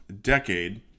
decade